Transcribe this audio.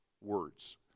words